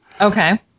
Okay